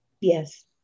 Yes